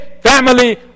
family